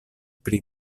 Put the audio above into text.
pri